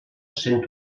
sent